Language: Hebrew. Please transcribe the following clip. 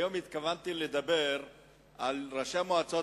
היום התכוונתי לדבר על ראשי המועצות